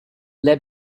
that